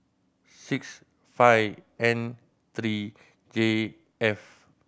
six five N three J F